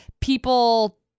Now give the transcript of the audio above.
people